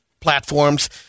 platforms